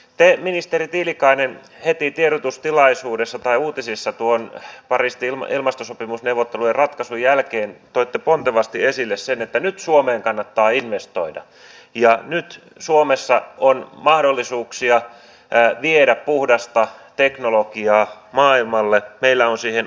te ministeri tiilikainen heti uutisissa pariisin ilmastosopimusneuvottelujen ratkaisun jälkeen toitte pontevasti esille sen että nyt suomeen kannattaa investoida ja nyt suomessa on mahdollisuuksia viedä puhdasta teknologiaa maailmalle meillä on siihen osaamista